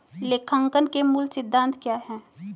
लेखांकन के मूल सिद्धांत क्या हैं?